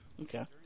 Okay